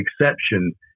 exception